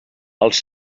els